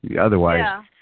Otherwise